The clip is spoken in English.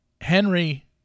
Henry